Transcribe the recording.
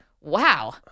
wow